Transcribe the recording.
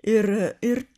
ir ir